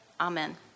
Amen